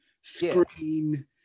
screen